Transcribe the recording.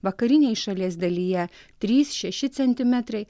vakarinėj šalies dalyje trys šeši centimetrai